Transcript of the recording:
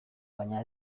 baina